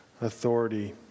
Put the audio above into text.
authority